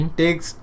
takes